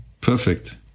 perfect